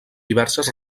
diverses